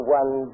one